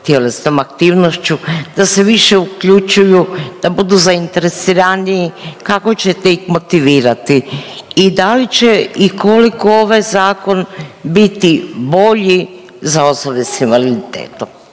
tjelesnom aktivnošću, da se više uključuju, da budu zainteresiraniji, kako ćete ih motivirati. I da li će i koliko ovaj zakon biti bolji za osobe sa invaliditetom?